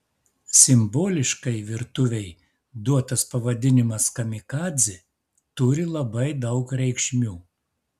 simboliškai virtuvei duotas pavadinimas kamikadzė turi labai daug reikšmių